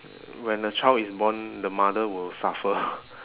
when the child is born the mother will suffer